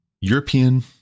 European